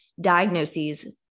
diagnoses